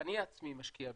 שאני עצמי משקיע בזה,